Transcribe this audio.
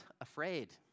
afraid